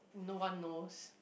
no one knows